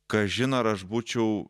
kažin ar aš būčiau